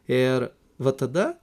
ir va tada